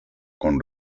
con